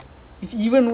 ya